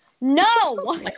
no